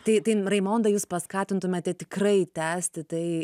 tai tai raimonda jūs paskatintumėte tikrai tęsti tai